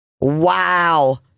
Wow